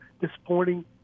disappointing